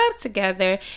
together